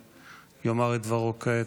שיאמר את דברו כעת.